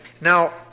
Now